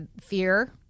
fear